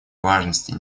важности